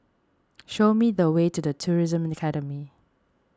show me the way to the Tourism Academy